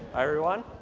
everyone.